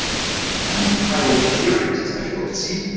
and highlighted here because it's difficult to see.